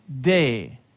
day